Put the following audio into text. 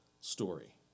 story